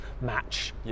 match